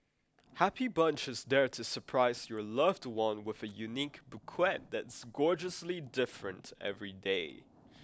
Happy Bunch is there to surprise your loved one with a unique bouquet that's gorgeously different every day